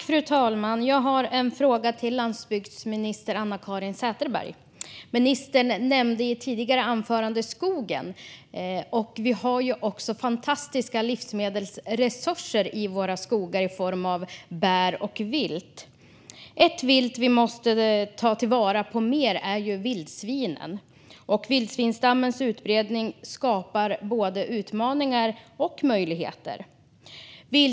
Fru talman! Jag har en fråga till landsbygdsminister Anna-Caren Sätherberg. Ministern nämnde tidigare skogen. I våra skogar har vi också fantastiska livsmedelsresurser i form av bär och vilt. Ett vilt vi måste ta vara på mer är vildsvinet. Vildsvinsstammens utbredning skapar både utmaningar och möjligheter.